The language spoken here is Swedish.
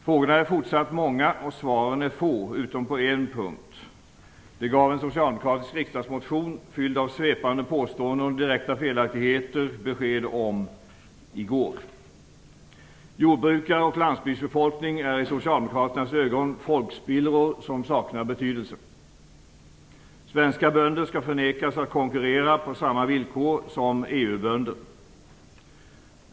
Frågorna är fortsatt många, och svaren är få, utan på en punkt. En socialdemokratisk riksdagsmotion, fylld av svepande påståenden och direkta felaktigheter, gav besked om det i går. Jordbrukare och landsbygdsbefolkning är i socialdemokraternas ögon folkspillror som saknar betydelse. Svenska bönder skall förvägras att konkurrera på samma villkor som EU-bönder.